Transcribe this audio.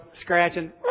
scratching